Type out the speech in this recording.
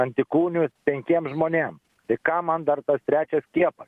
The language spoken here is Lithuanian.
antikūnių penkiem žmonėm tai kam man dar tas trečias skiepas